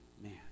man